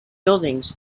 buildings